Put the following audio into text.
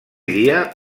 dia